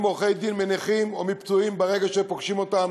עורכי-דין מנכים או מפצועים ברגע שהם פוגשים אותם